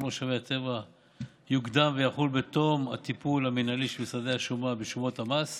משאבי טבע יוקדם ויחול בתום הטיפול המינהלי של משרדי השומה בשומות המס,